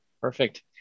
Perfect